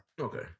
Okay